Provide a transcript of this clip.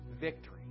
victory